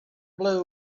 blue